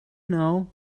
know